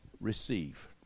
receive